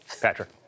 Patrick